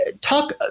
Talk